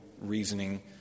reasoning